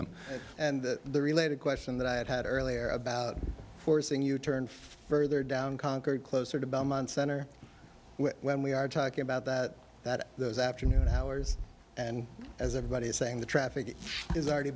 them and the related question that i had earlier about forcing you turned further down concord closer to belmont center when we are talking about that that afternoon hours and as everybody is saying the traffic is already